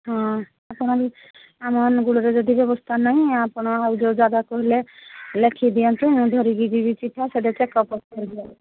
ହଁ ଆପଣ ଆମ ଅନୁଗୁଳରେ ଯଦି ବ୍ୟବସ୍ଥା ନାହିଁ ଆପଣ ଆଉ ଯେଉଁ ଜାଗା କହିଲେ ଲେଖିଦିଅନ୍ତୁ ମୁଁ ଧରିକି ଯିବି ଚିଠା ସେଇଠି ଚେକ୍ଅପ୍ କରି